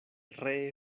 ree